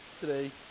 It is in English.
today